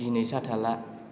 दिनै साथा ला